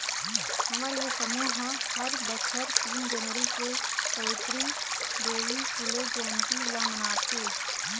हमर ये समूह ह हर बछर तीन जनवरी के सवित्री देवी फूले जंयती ल मनाथे